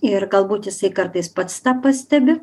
ir galbūt jisai kartais pats tą pastebi